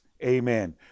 Amen